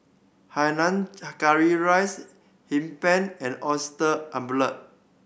hainan curry rice Hee Pan and oyster